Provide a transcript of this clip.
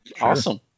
Awesome